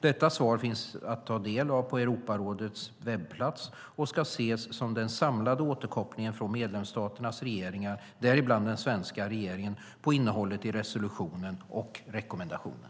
Detta svar finns att ta del av på Europarådets webbplats och ska ses som den samlade återkopplingen från medlemsstaternas regeringar, däribland den svenska regeringen, på innehållet i resolutionen och rekommendationen.